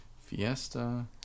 Fiesta